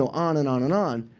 so on and on and on.